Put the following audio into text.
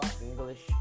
English